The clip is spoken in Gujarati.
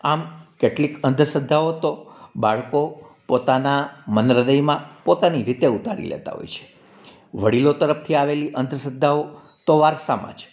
આમ કેટલી અંધશ્રદ્ધાઓ તો બાળકો પોતાના મન હ્દયમાં પોતાની રીતે ઉતારી લેતા હોય છે વડીલો તરફથી આવેલી અંધશ્રદ્ધાઓ તો વારસામાં છે